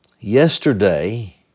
Yesterday